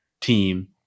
team